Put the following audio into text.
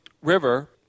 River